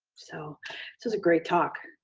so this was a great talk.